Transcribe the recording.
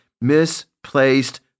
misplaced